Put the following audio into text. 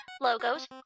logos